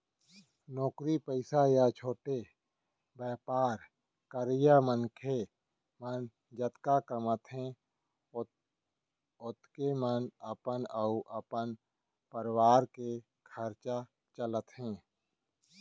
नौकरी पइसा या छोटे बयपार करइया मनखे मन जतका कमाथें ओतके म अपन अउ अपन परवार के खरचा चलाथें